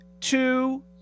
two